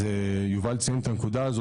אז יובל ציין את הנקודה הזאת,